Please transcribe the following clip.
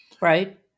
right